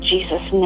Jesus